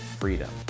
freedom